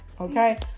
okay